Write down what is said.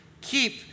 keep